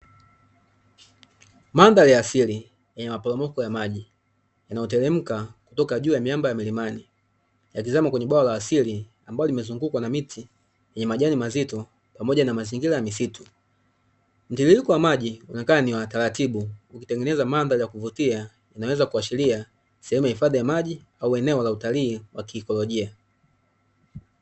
Mandhari ya asili yenye maporomoko ya maji yanaoteremka kutoka juu ya miamba milimani yakizama kwenye bwawa la asili, ambalo limezungukwa na miti yenye majani mazito pamoja na mazingira ya msitu. Mtiririko wa maji unaonekana ni wa taratibu, ukitengeneza mandhari ya kuvutia inayoweza kuashiria sehemu ya uhifadhi wa maji au sehemu ya utalii ya kiikolojia.